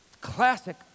classic